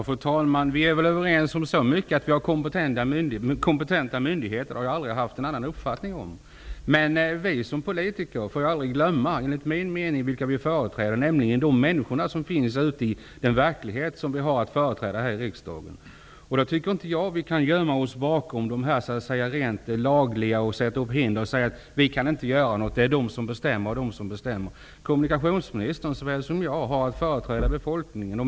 Fru talman! Vi är överens om så mycket som att vi har kompetenta myndigheter. Det har jag aldrig haft någon annan uppfattning om. Men vi som politiker får enligt min mening aldrig glömma vilka vi företräder, nämligen de människor som finns ute i den verklighet som vi här i riksdagen har att företräda. Då tycker jag inte att vi kan gömma oss bakom det rent lagliga, sätta upp hinder och säga att vi inte kan göra något -- det är de och de som bestämmer. Kommunikationsministern har såväl som jag att företräda befolkningen.